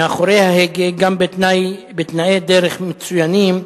מאחורי ההגה, גם בתנאי דרך מצוינים,